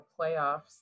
playoffs